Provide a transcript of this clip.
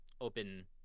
open